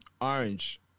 Orange